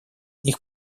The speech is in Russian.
них